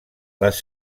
les